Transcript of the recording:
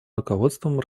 руководством